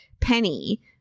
Penny